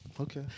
Okay